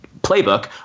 playbook